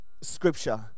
Scripture